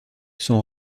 sont